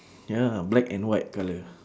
ya black and white colour